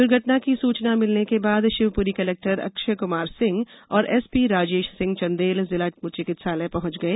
दुर्घटना की सूचना मिलने के बाद शिवपुरी कलेक्टर अक्षय कुमार सिंह और एसपी राजेश सिंह चंदेल जिला चिकित्सालय पहुंच गए